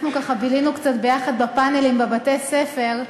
אנחנו בילינו קצת יחד בפאנלים בבתי-ספר,